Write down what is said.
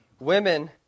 Women